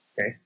okay